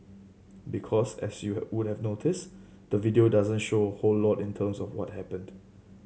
because as you would have noticed the video doesn't show whole lot in terms of what happened